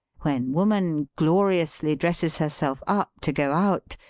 when woman gloriously dresses herself up to go out,